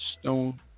stone